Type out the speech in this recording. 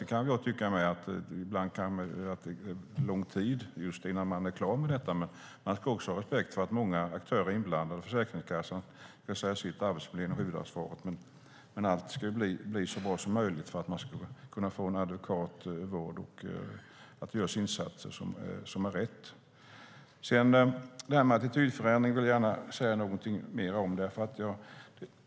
Sedan kan jag tycka att det ibland kan ta lång tid innan man är klar med just detta, men vi ska ha respekt för att många aktörer är inblandade. Försäkringskassan ska säga sitt och Arbetsförmedlingen har huvudansvaret, men allt ska ju bli så bra som möjligt för att man ska få adekvat vård och rätt insatser. Attitydförändringen vill jag gärna säga någonting mer om.